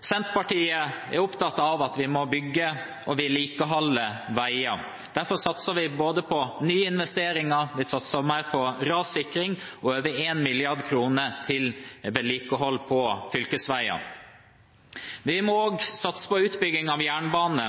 Senterpartiet er opptatt av at vi må bygge og vedlikeholde veier. Derfor satser vi på nye investeringer, vi satser mer på rassikring og har over 1 mrd. kr til vedlikehold på fylkesveiene. Vi må også satse på utbygging av jernbane,